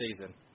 season